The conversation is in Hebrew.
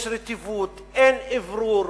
יש רטיבות, אין אוורור,